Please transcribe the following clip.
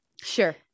Sure